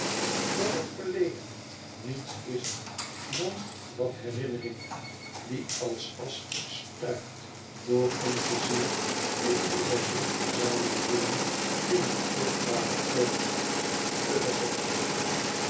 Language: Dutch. dat het verleden niets is dan wat herinnering die als asch stuift door onze ziel en die wij soms verzamelen willen in een kostbare urn te vergeefs